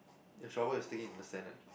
your shovel is digging into the sand eh